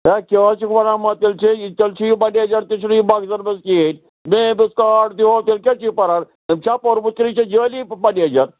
A کیٛاہ حظ چھُکھ وَنان ما تیٚلہِ چھےٚ یہِ تیٚلہِ چھُ یہِ مَنیجَر تہِ چھُنہٕ یہِ مَغزن منٛز کِہیٖنٛۍ مے أمِس کارڈ تہِ ہوو تیٚلہِ کیٛاہ چھِ یہِ پَران أمۍ چھا پوٚرمُت کِنہٕ یہِ چھُ جٲلی مَنیجَر